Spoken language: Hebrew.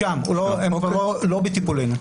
שם, הם לא בטיפולנו.